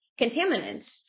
contaminants